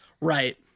Right